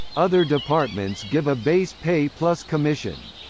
other departments give a base pay plus commission.